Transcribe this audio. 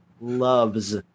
loves